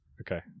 okay